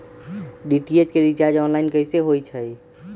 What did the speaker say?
DTH के recharge online कैसे होईछई?